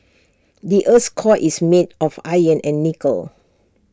the Earth's core is made of iron and nickel